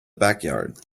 backyard